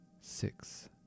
six